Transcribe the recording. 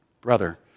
brother